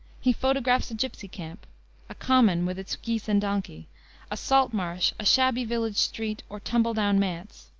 he photographs a gypsy camp a common, with its geese and donkey a salt marsh, a shabby village street, or tumble-down manse.